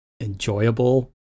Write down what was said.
enjoyable